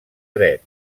dret